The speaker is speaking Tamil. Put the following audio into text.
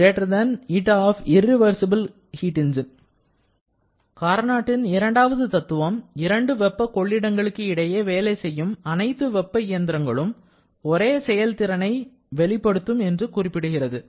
கார்னாட்டின் இரண்டாவது தத்துவம் இரண்டு வெப்ப கொள்ளிடங்களுக்கு இடையே வேலை செய்யும் அனைத்து வெப்ப இயந்திரங்களும் ஒரே செயல்திறனை வெளிப்படுத்தும் என்று குறிப்பிடுகிறது